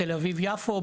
בתל-אביב-יפו,